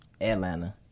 Atlanta